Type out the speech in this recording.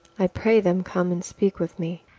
i pray them come and speak with me.